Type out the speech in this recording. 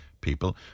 people